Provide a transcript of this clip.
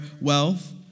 wealth